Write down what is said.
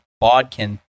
Bodkin